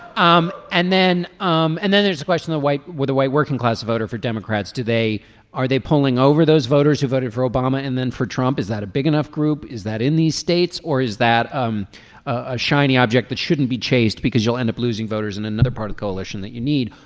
um and then um and then there's the question the white where the white working class voter for democrats today. are they pulling over those voters who voted for obama and then for trump is that a big enough group is that in these states or is that um a shiny object that shouldn't be chased. because you'll end up losing voters in another part of coalition that you need.